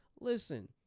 listen